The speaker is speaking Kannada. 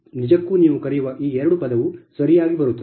ಆದ್ದರಿಂದ ನಿಜಕ್ಕೂ ನೀವು ಕರೆಯುವ ಈ 2 ಪದವು ಸರಿಯಾಗಿ ಬರುತ್ತದೆ